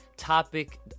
topic